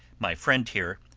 my friend here,